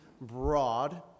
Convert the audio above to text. broad